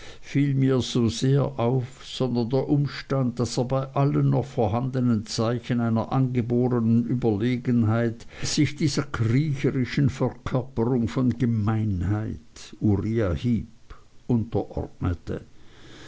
fiel mir so sehr auf sondern der umstand daß er bei allen noch vorhandenen zeichen einer angebornen überlegenheit sich dieser kriecherischen verkörperung von gemeinheit uriah